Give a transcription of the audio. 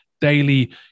daily